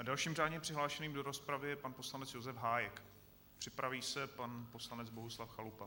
A dalším řádně přihlášeným do rozpravy je pan poslanec Josef Hájek, připraví se pan poslanec Bohuslav Chalupa.